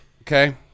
Okay